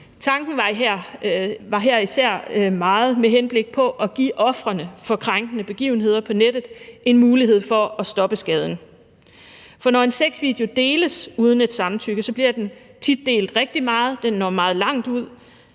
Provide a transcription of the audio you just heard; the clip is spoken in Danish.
Tanken var her især meget med henblik på at give ofrene for krænkende begivenheder på nettet en mulighed for at stoppe skaden, for når en sexvideo deles uden et samtykke, bliver den tit delt rigtig meget, den når meget langt ud,